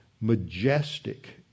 majestic